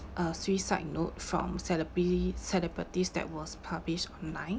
a suicide note from celebri~ celebrities that was published online